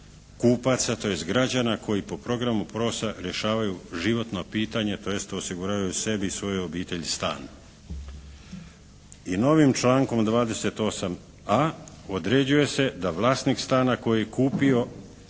kupaca tj. građana koji po programu POS-a rješavaju životna pitanja tj. osiguravaju sebi i svojoj obitelji stan. I novim člankom 28.a određuje se da vlasnik stana koji je kupio